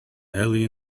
early